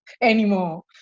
anymore